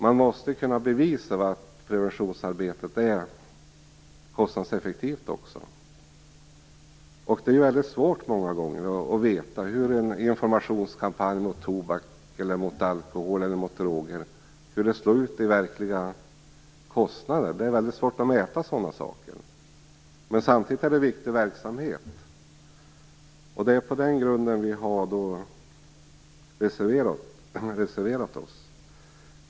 Man måste kunna bevisa att preventionsarbetet är kostnadseffektivt. Det är många gånger mycket svårt att veta hur en informationskampanj mot tobak, alkohol eller droger slår i verkliga kostnader. Det är väldigt svårt att mäta sådana saker. Samtidigt är det en viktig verksamhet. Det är på den grunden vi har reserverat oss.